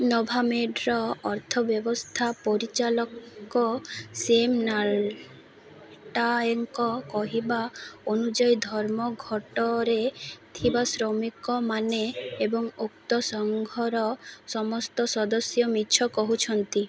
ନୋଭାମେଡ଼୍ର ଅର୍ଥବ୍ୟବସ୍ଥା ପରିଚାଳକ ସେମ୍ ନାଲ୍ଟାଏଙ୍କ କହିବା ଅନୁଯାୟୀ ଧର୍ମଘଟରେ ଥିବା ଶ୍ରମିକମାନେ ଏବଂ ଉକ୍ତ ସଂଘର ସମସ୍ତ ସଦସ୍ୟ ମିଛ କହୁଛନ୍ତି